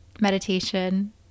meditation